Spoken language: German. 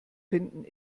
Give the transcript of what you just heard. finden